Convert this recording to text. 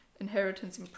Inheritance